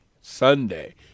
Sunday